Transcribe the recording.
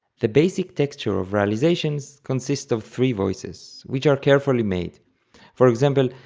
the basic texture of realizations consists of three voices, which are carefully made for example,